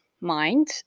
mind